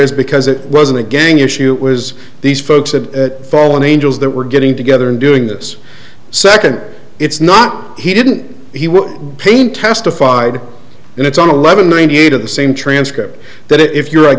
is because it wasn't a gang issue it was these folks that fallen angels that were getting together and doing this second it's not he didn't he would paint testified and it's on a level ninety eight of the same transcript that if you're a